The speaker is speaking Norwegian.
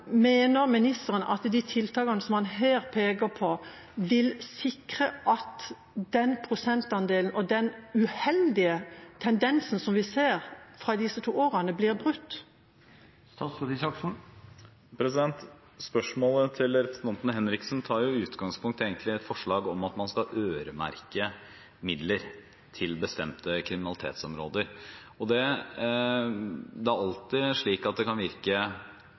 den uheldige tendensen som vi ser fra disse to årene, blir brutt? Spørsmålet fra representanten Henriksen tar egentlig utgangspunkt i et forslag om at man skal øremerke midler til bestemte kriminalitetsområder. Det er alltid slik at det kan virke